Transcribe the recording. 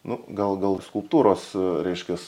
nu gal gal skulptūros reiškias